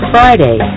Friday